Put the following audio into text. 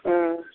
हँ